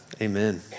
Amen